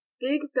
big